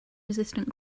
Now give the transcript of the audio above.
resistant